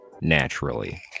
naturally